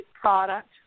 product